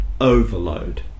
overload